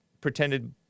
pretended